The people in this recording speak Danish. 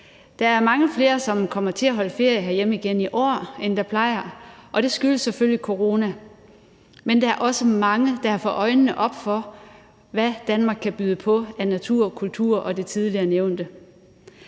Der er mange flere, som kommer til at holde ferie herhjemme igen i år, end der plejer, og det skyldes selvfølgelig coronaen. Men der er også mange, der har fået øjnene op for, hvad Danmark kan byde på af natur og kultur og det tidligere nævnte.